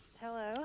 Hello